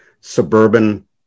suburban